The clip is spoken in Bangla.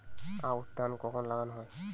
আউশ ধান কখন লাগানো হয়?